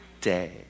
day